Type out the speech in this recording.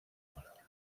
palabras